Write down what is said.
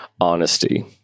honesty